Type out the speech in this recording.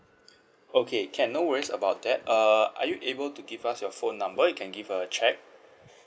okay can no worries about that uh are you able to give us your phone number you can give a check